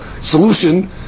solution